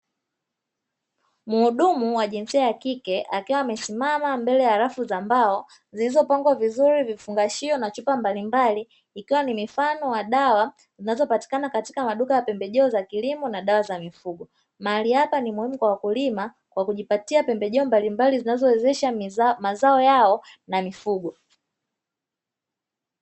Muhudumu wa jinsia ya kike akiwa amesimama mbele ya rafu za mbao ziilizopangwa vizuri vifungashio na chupa mbalimbali ikiwa ni mifano wa dawa zinazopatikana katika maduka ya pembejeo za kilimo na dawa za mifugo. Mahali hapa ni muhimu kwa wakulima kwa kujipatia pembejeo mbalimbali zinazowezesha mazao yao na mifugo.